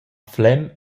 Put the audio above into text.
flem